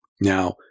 Now